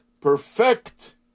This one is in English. perfect